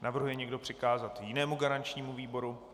Navrhuje někdo přikázat jinému garančnímu výboru?